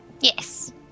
Yes